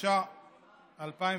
התש"ע 2009: